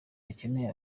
bakeneye